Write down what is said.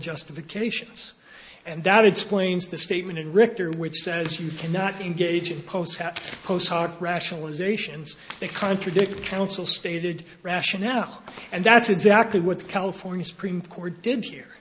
justifications and that its claims the statement and richter which says you cannot engage in posts have post hoc rationalization they contradict counsel stated rationale and that's exactly what the california supreme court did here